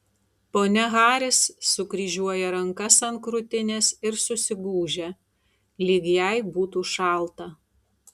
ponia haris sukryžiuoja rankas ant krūtinės ir susigūžia lyg jai būtų šalta